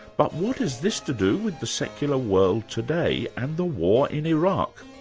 but what is this to do with the secular world today, and the war in iraq?